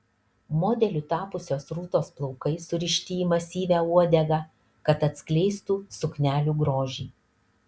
modeliu tapusios rūtos plaukai surišti į masyvią uodegą kad atskleistų suknelių grožį